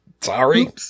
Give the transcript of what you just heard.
sorry